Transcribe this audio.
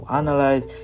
analyze